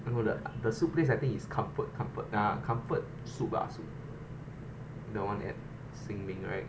no leh the soup place I think is comfort comfort ya comfort soup lah soup the one at sin ming right